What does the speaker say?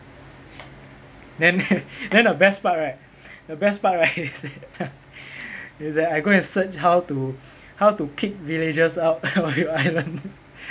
then then the best part right the best part right is that is that I go and search how to how to kick villagers out of your island